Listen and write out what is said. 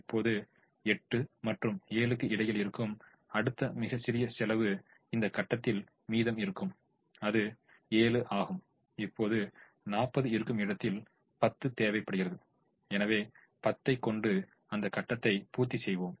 இப்போது 8 மற்றும் 7 க்கு இடையில் இருக்கும் அடுத்த மிகச்சிறிய செலவு இந்த கட்டத்தில் மீதம் இருக்கும் அது 7 ஆகும் இப்போது 40 இருக்கும் இடத்தில 10 தேவைப்படுகிறது எனவே 10 ஐ கொண்டு அந்த கட்டத்தை பூர்த்தி செய்வோம்